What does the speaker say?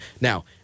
Now